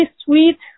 sweet